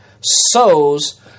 sows